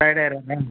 டயர்டாக ஆகிடுறாங்களா